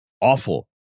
awful